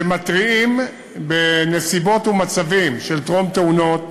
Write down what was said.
שמתריעים בנסיבות ובמצבים של טרום תאונות,